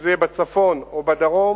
אם זה יהיה בצפון או בדרום,